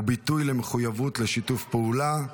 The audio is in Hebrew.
וביטוי למחויבות לשיתוף פעולה.